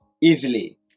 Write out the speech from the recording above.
easily